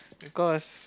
because